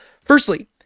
Firstly